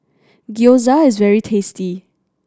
gyoza is very tasty